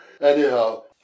Anyhow